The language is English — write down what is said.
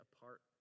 apart